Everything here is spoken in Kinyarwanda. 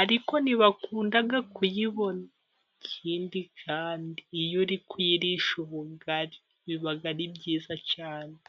ariko ntibakunda kuyibona. Ikindi kandi, iyo uri kuyirisha ubugari, biba ari byiza cyane.